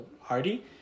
Hardy